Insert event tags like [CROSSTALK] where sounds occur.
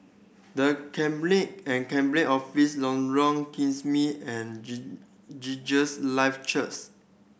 The Cabinet and Cabinet Office Lorong Kismis and [UNINTELLIGIBLE] Jesus Live Churchth